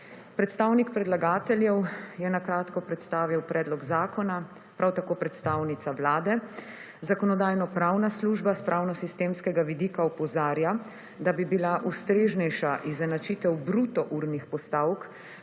Predstavnik predlagateljev je na kratko predstavil predlog zakona, prav tako predstavnica Vlade, Zakonodajno-pravna služba s pravno-sistemskega vidika opozarja, da bi bila ustreznejša izenačitev bruto urnih postavk